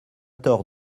tort